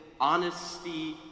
honesty